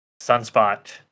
Sunspot